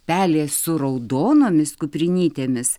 pelės su raudonomis kuprinytėmis